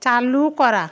চালু করা